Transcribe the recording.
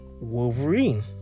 wolverine